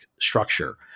structure